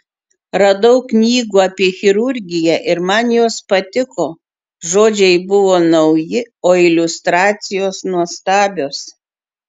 radau knygų apie chirurgiją ir man jos patiko žodžiai buvo nauji o iliustracijos nuostabios